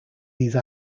these